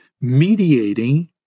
mediating